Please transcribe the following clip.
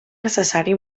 necessari